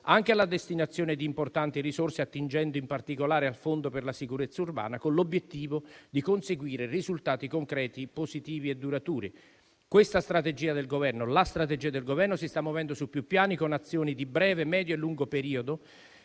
anche la destinazione di importanti risorse, attingendo in particolare al fondo per la sicurezza urbana, con l'obiettivo di conseguire risultati concreti positivi e duraturi. Questa strategia, la strategia del Governo, si sta muovendo su più piani, con azioni di breve, medio e lungo periodo,